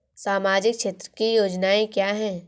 सामाजिक क्षेत्र की योजनाएँ क्या हैं?